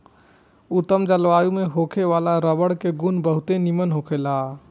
उत्तम जलवायु में होखे वाला रबर के गुण बहुते निमन होखेला